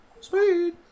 Sweet